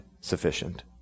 sufficient